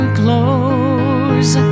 close